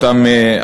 אם באותן עמותות.